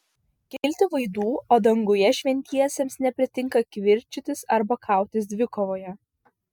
kilti vaidų o danguje šventiesiems nepritinka kivirčytis arba kautis dvikovoje